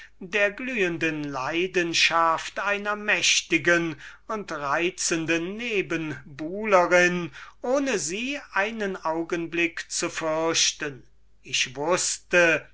der glühenden leidenschaft einer mächtigen und reizenden nebenbuhlerin ohne sie einen augenblick zu fürchten ich wußte